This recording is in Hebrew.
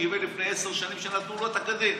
קיבל לפני עשר שנים כשנתנו לו אותה כדין.